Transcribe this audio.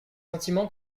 sentimens